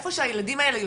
איפה שהילדים האלה יושבים,